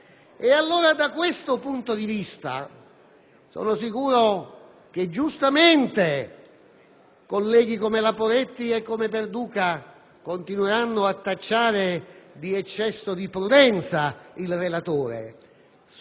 Allora, da questo punto di vista - sono sicuro che giustamente colleghi come la senatrice Poretti e il senatore Perduca continueranno a tacciare di eccesso di prudenza il relatore